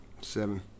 Seven